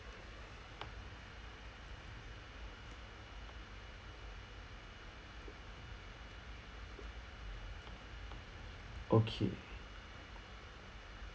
okay